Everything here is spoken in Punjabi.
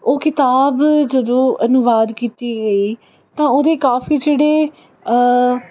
ਉਹ ਕਿਤਾਬ ਜਦੋਂ ਅਨੁਵਾਦ ਕੀਤੀ ਗਈ ਤਾਂ ਉਹਦੇ ਕਾਫ਼ੀ ਜਿਹੜੇ